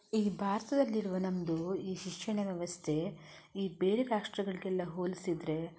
ಈ ಭಾರತದಲ್ಲಿರುವ ನಮ್ಮದು ಈ ಶಿಕ್ಷಣ ವ್ಯವಸ್ಥೆ ಈ ಬೇರೆ ರಾಷ್ಟ್ರಗಳಿಗೆಲ್ಲ ಹೋಲಿಸಿದರೆ